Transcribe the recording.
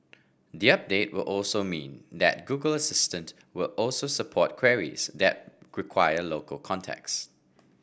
the update will also mean that Google Assistant will also support queries that local context